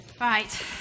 Right